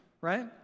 right